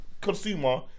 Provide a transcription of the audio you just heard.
consumer